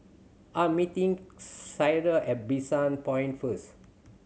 I am meeting Clyde at Bishan Point first